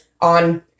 on